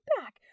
back